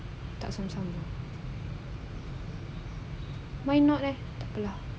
tak sama-sama why not leh tak apa lah